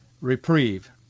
reprieve